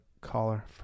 caller